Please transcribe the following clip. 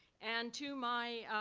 and to my